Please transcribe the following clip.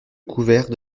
couvert